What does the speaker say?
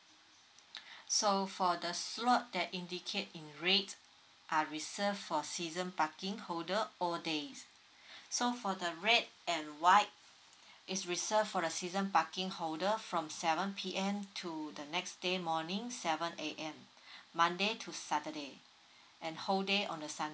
so for the slot that indicate in red are reserved for season parking holder all days so for the read and white is reserved for the season parking holder from seven p m to the next day morning seven a m monday to saturday and whole day on the sunday